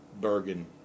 Bergen